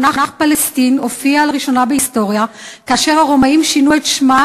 המונח פלסטין הופיע לראשונה בהיסטוריה כאשר הרומאים שינו את שמו